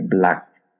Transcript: black